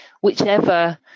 whichever